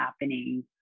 happening